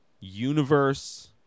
universe